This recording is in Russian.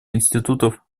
институтов